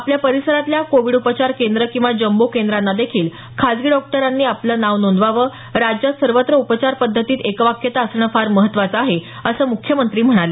आपल्या परिसरातल्या कोविड उपचार केंद्र किंवा जम्बो केंद्रांना देखील खासगी डॉक्टरांनी आपलं नाव नोंदवावं राज्यात सर्वत्र उपचार पद्धतीत एकवाक्यता असणं फार महत्वाचं आहे असं मुख्यमंत्री म्हणाले